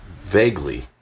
vaguely